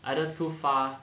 either too far